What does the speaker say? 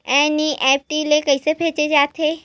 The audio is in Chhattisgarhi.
एन.ई.एफ.टी ले कइसे भेजे जाथे?